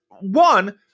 one